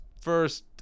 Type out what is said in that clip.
first